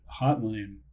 hotline